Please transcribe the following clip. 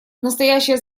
настоящее